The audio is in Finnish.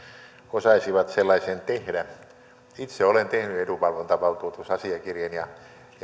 osaisivat sellaisen tehdä itse olen tehnyt edunvalvontavaltuutusasiakirjan ja